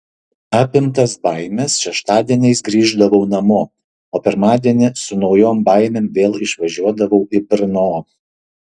apimtas baimės šeštadieniais grįždavau namo o pirmadienį su naujom baimėm vėl išvažiuodavau į brno